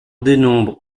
dénombre